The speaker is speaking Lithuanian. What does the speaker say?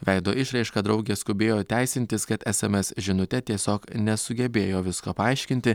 veido išraišką draugė skubėjo teisintis kad sms žinute tiesiog nesugebėjo visko paaiškinti